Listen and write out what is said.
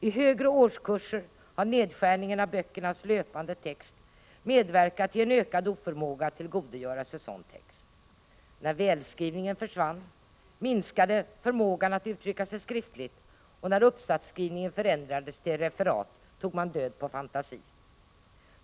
I högre årskurser har nedskärningen av böckernas löpande text medverkat till en ökad oförmåga att tillgodogöra sig sådan text. När välskrivningen försvann minskade förmågan att uttrycka sig skriftligt, och när uppsatsskrivningen förändrades till referat tog man död på fantasin.